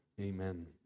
Amen